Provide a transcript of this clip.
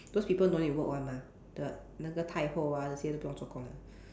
those people no need to work one mah the 那个太后王不用做工的